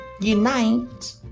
Unite